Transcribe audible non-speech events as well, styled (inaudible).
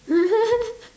(laughs)